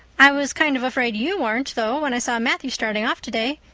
i was kind of afraid you weren't, though, when i saw matthew starting off today.